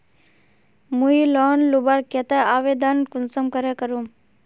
मुई लोन लुबार केते आवेदन कुंसम करे करूम?